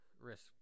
risk